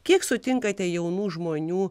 kiek sutinkate jaunų žmonių